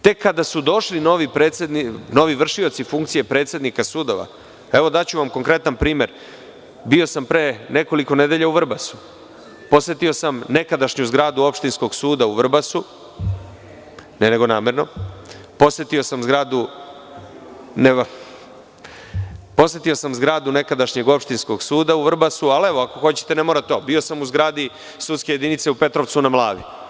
Tek kada su došli novi vršioci funkcije predsednika sudova, daću vam konkretan primer, bio sam pre nekoliko nedelja u Vrbasu, posetio sam nekadašnju zgradu opštinskog suda u Vrbasu, namerno, posetio sam zgradu nekadašnjeg opštinskog suda u Vrbasu, ali evo, ako hoćete, ne mora to, bio sam u zgradi sudske jedinice u Petrovcu na Mlavi.